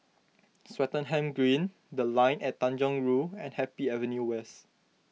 Swettenham Green the Line At Tanjong Rhu and Happy Avenue West